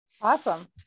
awesome